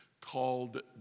called